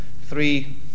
three